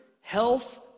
health